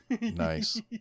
nice